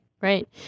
Right